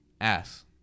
ass